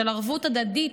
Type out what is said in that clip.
של ערבות הדדית,